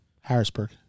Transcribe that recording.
Harrisburg